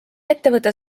ettevõte